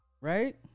Right